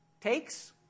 takes